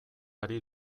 ari